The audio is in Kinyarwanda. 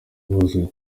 buzuye